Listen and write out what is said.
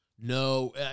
No